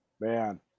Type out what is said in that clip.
Man